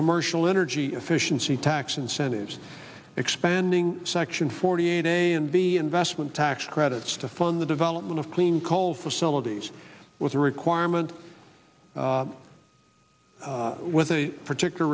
commercial energy efficiency tax incentives expanding section forty eight a and b investment tax credits to fund the development of clean coal facilities with a requirement with a particular